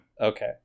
Okay